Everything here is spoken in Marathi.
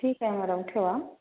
ठीक आहे मॅडम ठेवा